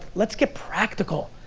let's get practical.